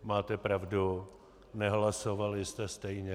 Máte pravdu, nehlasovali jste stejně.